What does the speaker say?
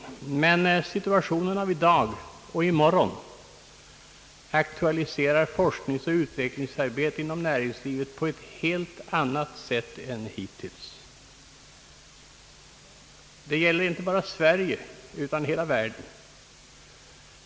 Situationen av i dag och i morgon aktualiserar emellertid forskningsoch utvecklingsarbetet inom näringslivet på en helt annan nivå än hittills. Det gäller inte bara Sverige utan hela världen.